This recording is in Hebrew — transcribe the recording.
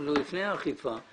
אנחנו לפני האכיפה.